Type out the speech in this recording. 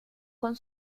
con